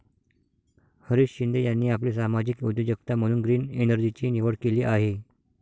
हरीश शिंदे यांनी आपली सामाजिक उद्योजकता म्हणून ग्रीन एनर्जीची निवड केली आहे